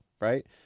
right